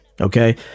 okay